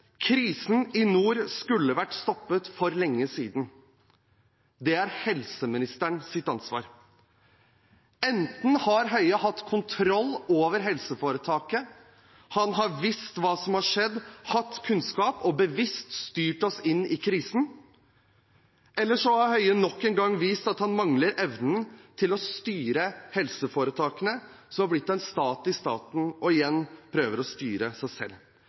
Krisen i nord skulle vært stoppet for lenge siden. Det er helseministerens ansvar. Enten har Høie hatt kontroll over helseforetaket, han har visst hva som har skjedd, hatt kunnskap og bevisst styrt oss inn i krisen, eller så har Høie nok en gang vist at han mangler evnen til å styre helseforetakene, som har blitt en stat i staten, og igjen prøver å styre seg selv.